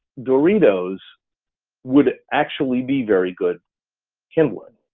doritos would actually be very good kidndling,